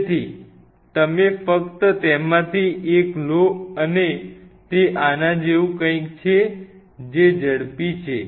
તેથી તમે ફક્ત તેમાંથી એક લો અને તે આના જેવું કંઈક છે જે ઝડપી છે